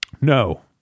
no